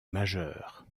majeures